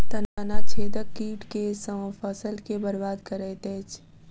तना छेदक कीट केँ सँ फसल केँ बरबाद करैत अछि?